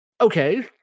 okay